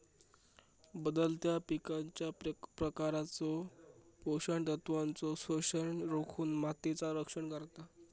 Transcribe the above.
बदलत्या पिकांच्या प्रकारचो पोषण तत्वांचो शोषण रोखुन मातीचा रक्षण करता